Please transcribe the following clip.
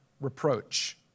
reproach